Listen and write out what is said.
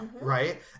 right